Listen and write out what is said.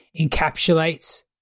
encapsulates –